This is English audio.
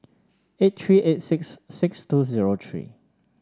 eight three eight six six two zero three